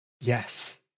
Yes